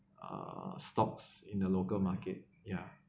uh stocks in the local market ya